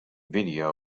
video